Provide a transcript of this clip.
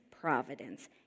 providence